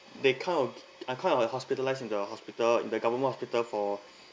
they kind of I kind of hospitalised in the hospital in the government hospital for